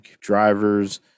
Drivers